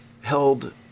held